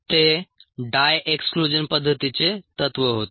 ते dye exclusion पद्धतीचे तत्त्व होते